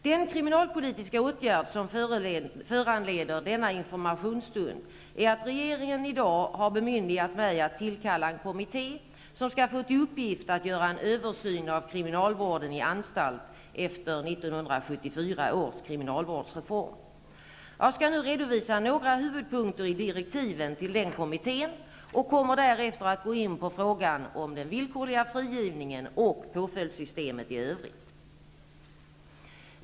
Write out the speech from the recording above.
Den kriminalpolitiska åtgärd som föranleder denna informationsstund är att regeringen i dag har bemyndigat mig att tillkalla en kommitté som skall få till uppgift att göra en översyn av kriminalvården i anstalt efter 1974 års kriminalvårdsreform. Jag skall nu redovisa några huvudpunkter i direktiven till den kommittén och kommer därefter att gå in på frågan om den villkorliga frigivningen och påföljdssystemet i övrigt.